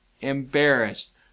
embarrassed